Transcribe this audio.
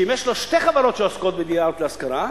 אם יש לו שתי חברות שעוסקות בדירות להשכרה,